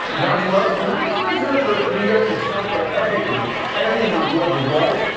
god's love is not just reserved for the earth itself, but everything and everyone who ever was,